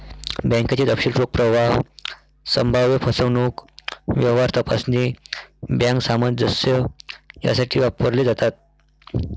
बँकेचे तपशील रोख प्रवाह, संभाव्य फसवणूक, व्यवहार तपासणी, बँक सामंजस्य यासाठी वापरले जातात